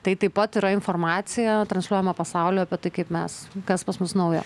tai taip pat yra informacija transliuojama pasauliui apie tai kaip mes kas pas mus naujo